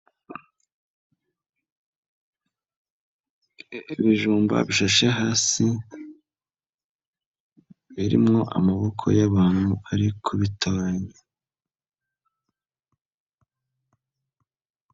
Ibijumba bishashe hasi, birimo amaboko y'abantu ari kubitoranya.